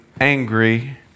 angry